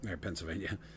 Pennsylvania